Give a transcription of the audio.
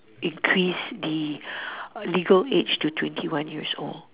increased the legal age to twenty one years old